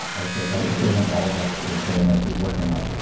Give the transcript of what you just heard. okay, that's a statement all of us would say unless we work in one.